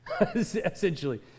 essentially